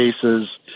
cases